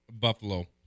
Buffalo